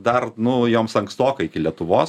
dar nu joms ankstokai iki lietuvos